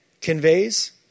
conveys